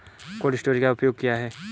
Cold storage का क्या उपयोग है?